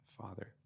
Father